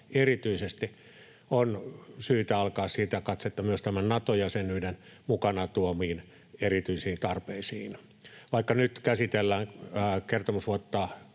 erityisesti, on syytä alkaa siirtää katsetta myös Nato-jäsenyyden mukanaan tuomiin erityisiin tarpeisiin. Vaikka nyt käsitellään kertomusvuotta